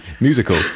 musical